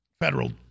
federal